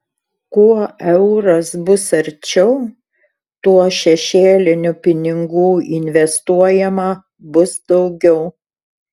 kuo euras bus arčiau tuo šešėlinių pinigų investuojama bus daugiau